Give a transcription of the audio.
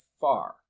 far